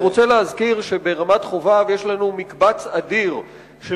אני רוצה להזכיר שברמת-חובב יש לנו מקבץ אדיר של